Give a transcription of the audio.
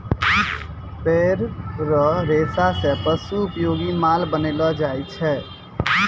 पेड़ रो रेशा से पशु उपयोगी माल बनैलो जाय छै